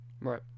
Right